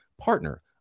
partner